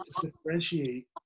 differentiate